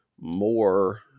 more